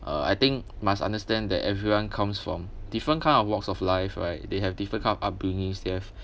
uh I think must understand that everyone comes from different kind of walks of life right they have different kind of upbringings they have